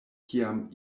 kiam